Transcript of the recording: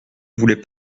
voulait